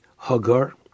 Hagar